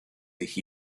sich